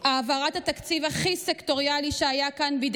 העברת התקציב הכי סקטוריאלי שהיה כאן בידי